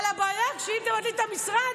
אבל הבעיה, שאם מבטלים את המשרד,